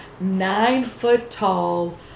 nine-foot-tall